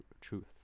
truth